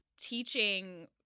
teaching